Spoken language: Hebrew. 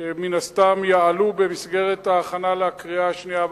שמן הסתם יעלו במסגרת ההכנה לקריאה שנייה ושלישית.